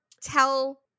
tell